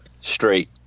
straight